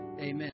Amen